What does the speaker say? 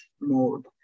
mode